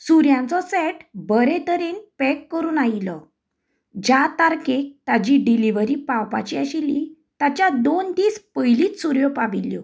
सुरयांचो set बरें तरेन pack करून आयिल्लो ज्या तारकेक ताची डिलीवरा पावपाची आशिल्ली ताच्या दोन दीस पयलीच सुरयो पाविल्ल्यो